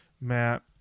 Matt